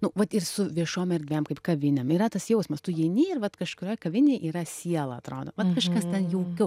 nu vat ir su viešom erdvėm kaip kavinėm yra tas jausmas tu įeini ir vat kažkurioj kavinėj yra siela atrodo vat kažkas ten jauku